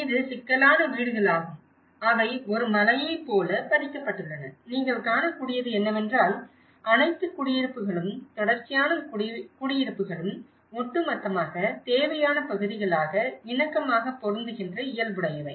இது சிக்கலான வீடுகளாகும் அவை ஒரு மலையைப் போல பதிக்கப்பட்டுள்ளன நீங்கள் காணக்கூடியது என்னவென்றால் அனைத்து குடியிருப்புகளும் தொடர்ச்சியான குடியிருப்புகளும் ஒட்டுமொத்தமாக தேவையான பகுதிகளாக இணக்கமாக பொருந்துகின்ற இயல்புடையவை